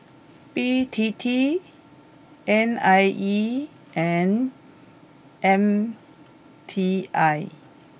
B T T N I E and M T I